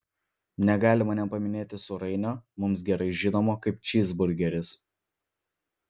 negalima nepaminėti sūrainio mums gerai žinomo kaip čyzburgeris